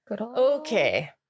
Okay